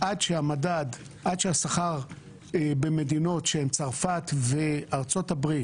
עד שהשכר במדינות כמו צרפת וארה"ב,